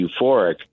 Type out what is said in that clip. euphoric